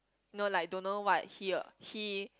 no like don't know what he or he